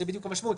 זה בדיוק המשמעות.